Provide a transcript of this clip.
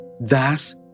Thus